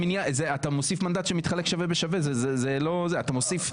זה אתה מוסיף מנדט שם מתחלק שווה בשווה זה לא אתה מוסיף.